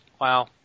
Wow